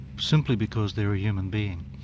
simply because they're a human being.